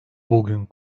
bugün